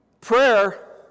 Prayer